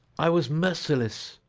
i was merciless,